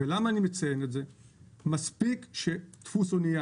אני מציין את זה כי מספיק שדפוס אניה